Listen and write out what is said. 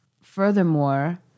furthermore